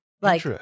Like-